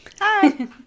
Hi